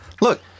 Look